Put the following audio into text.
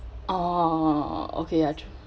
oh okay ah